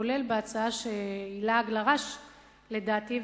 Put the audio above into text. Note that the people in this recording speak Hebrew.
כולל בהצעה שהיא לעג לרש לדעתי,